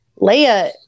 Leia